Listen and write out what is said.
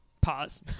pause